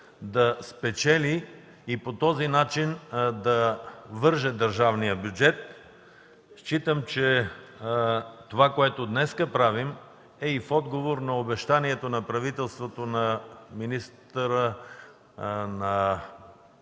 да спечели и по този начин да вържат държавния бюджет. Считам, че това, което правим днес, е и в отговор на обещанието на правителството на